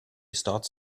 starts